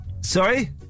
Sorry